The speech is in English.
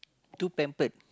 too pampered